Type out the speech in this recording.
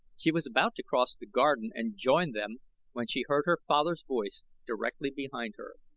she was about to cross the garden and join them when she heard her father's voice directly behind her.